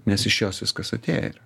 nes iš jos viskas atėję yra